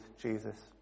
Jesus